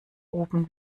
oben